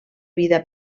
vida